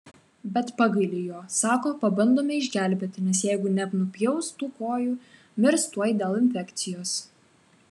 bet pagaili jo sako pabandome išgelbėti nes jeigu nenupjaus tų kojų mirs tuoj dėl infekcijos